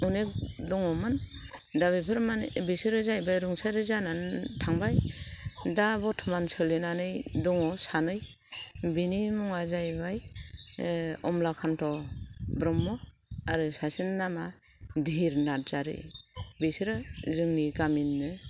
अनेख दङ'मोन दा बेफोर माने बिसोरो जाहैबाय रुंसारि जानानै थांबाय दा बरथ'मान सोलिनानै दङ सानै बिनि मुङा जाहैबाय अमला खान्त ब्रह्म आरो सासेनि नामा धिहिर नार्जारि बिसोरो जोंनि गामिनिनो